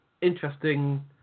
interesting